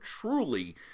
truly